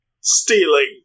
stealing